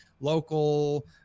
local